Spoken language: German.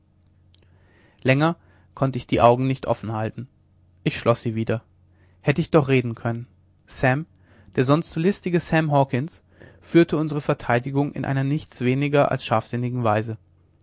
länger konnte ich die augen nicht offen halten ich schloß sie wieder hätte ich doch reden können sam der sonst so listige sam hawkens führte unsere verteidigung in einer nichts weniger als scharfsinnigen weise